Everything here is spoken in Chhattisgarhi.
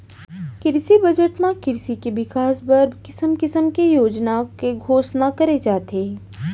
किरसी बजट म किरसी के बिकास बर किसम किसम के योजना के घोसना करे जाथे